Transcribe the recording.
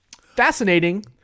Fascinating